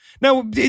Now